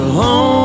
home